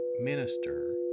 minister